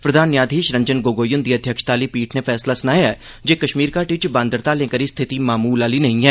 प्रधान न्यायघीश रंजन गोगोई हुंदी अध्यक्षता आली पीठ नै फैसला सनाया ऐ जे कश्मीर घाटी च बंद हड़तालें करी स्थिति मामूल आली नेइं ऐ